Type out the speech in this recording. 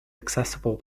accessible